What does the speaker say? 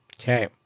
Okay